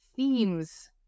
Themes